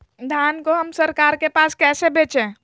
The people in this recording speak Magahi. धान को हम सरकार के पास कैसे बेंचे?